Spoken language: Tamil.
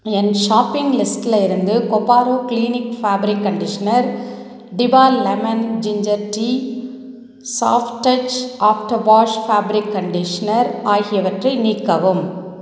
என் ஷாப்பிங் லிஸ்ட்டில் இருந்து கொபாரோ க்ளீனிக் ஃபேப்ரிக் கன்டிஷ்னர் டிபா lemon ginger tea soft touch after wash fabric conditioner ஆகியவற்றை நீக்கவும்